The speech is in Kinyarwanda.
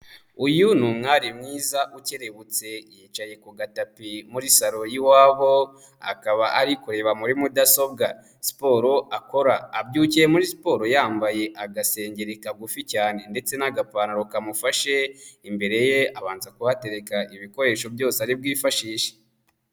Uyu ni umwari mwiza ukerebutse, yicaye ku gatapi muri salo y'iwabo, akaba ari kureba muri mudasobwa siporo akora, abyukiye muri siporo yambaye agasengeri kagufi cyane ndetse n'agapantaro kamufashe, imbere ye abanza kuhatereka ibikoresho byose ari bwifashishe.